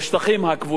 אומרים לך: לא,